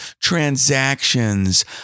transactions